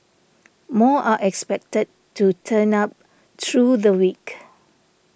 more are expected to turn up through the week